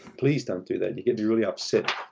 please don't do that. you get me really upset,